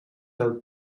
del